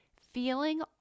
Feeling